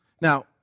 Now